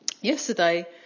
Yesterday